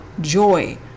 joy